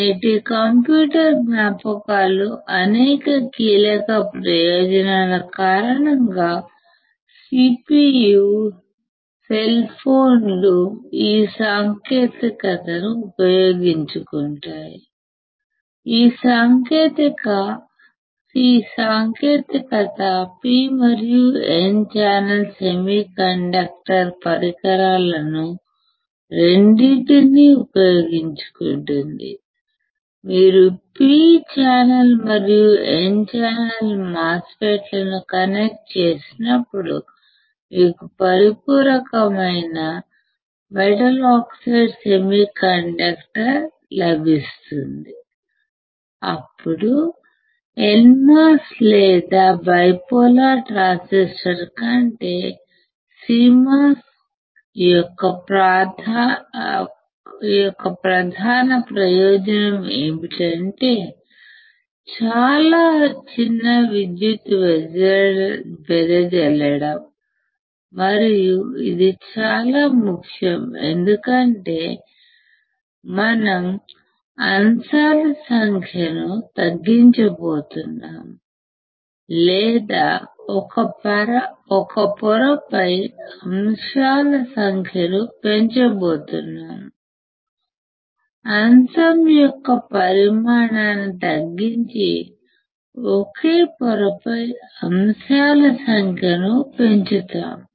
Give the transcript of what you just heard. నేటి కంప్యూటర్ జ్ఞాపకాలు అనేక కీలక ప్రయోజనాల కారణంగా CPU సెల్ ఫోన్లు ఈ సాంకేతికతను ఉపయోగించుకుంటాయి ఈ సాంకేతికత P మరియు N ఛానల్ సెమీకండక్టర్ పరికరాలను రెండింటినీ ఉపయోగించుకుంటుంది మీరు P ఛానల్ మరియు N ఛానల్ మాస్ ఫెట్ లను కనెక్ట్ చేసినప్పుడు మీకు పరిపూరకరమైన మెటల్ ఆక్సైడ్ సెమీకండక్టర్ లభిస్తుంది ఇప్పుడు NMOS లేదా బైపోలార్ ట్రాన్సిస్టర్ కంటే CMOS యొక్క ప్రధాన ప్రయోజనం ఏమిటంటే చాలా చిన్న విద్యుత్ వెదజల్లడం మరియు ఇది చాలా ముఖ్యం ఎందుకంటే మనం అంశాలసంఖ్యను తగ్గించబోతున్నాం లేదా ఒకే పొరపై అంశాలసంఖ్యను పెంచబోతున్నాం అంశం యొక్క పరిమాణాన్ని తగ్గించి ఒకే పొరపై అంశాల సంఖ్యను పెంచుతాము